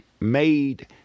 made